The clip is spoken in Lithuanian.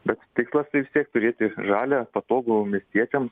bet tikslas tai vis tiek turėti žalią patogų miestiečiams